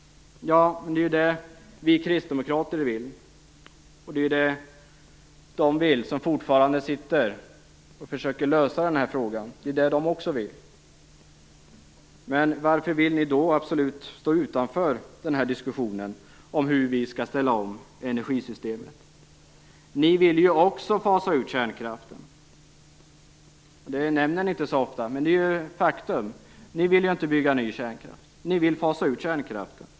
Ja, det är ju det vi kristdemokrater vill. Det vill också de som fortfarande sitter och försöker lösa den här frågan. Varför vill ni då absolut stå utanför diskussionen om hur vi skall ställa om energisystemet? Ni vill också fasa ut kärnkraften. Det nämner ni inte så ofta, men det är ett faktum. Ni vill inte bygga ny kärnkraft, utan ni vill fasa ut den.